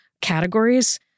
categories